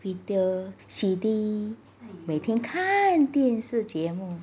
video C_D 每天看电视节目